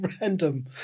random